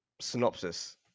synopsis